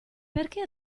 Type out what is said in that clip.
perché